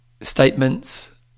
statements